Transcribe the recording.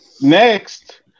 next